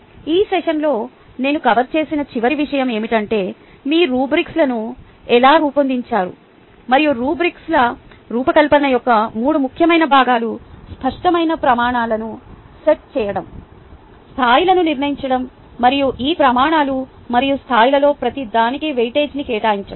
ఈ సెషన్లో నేను కవర్ చేసిన చివరి విషయం ఏమిటంటే మీరు రుబ్రిక్లను ఎలా రూపొందించారు మరియు రుబ్రిక్ల రూపకల్పన యొక్క మూడు ముఖ్యమైన భాగాలు స్పష్టమైన ప్రమాణాలను సెట్ చేయడం స్థాయిలను నిర్ణయించడం మరియు ఈ ప్రమాణాలు మరియు స్థాయిలలో ప్రతిదానికి వెయిటేజీని కేటాయించడం